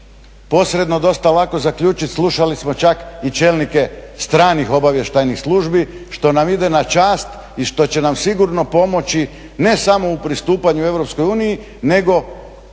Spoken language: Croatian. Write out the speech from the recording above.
posredno dosta lako zaključiti slušali smo čak i čelnike stranih obavještajnih službi što nam ide na čast i što će nam sigurno pomoći ne samo pristupanju EU nego